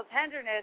tenderness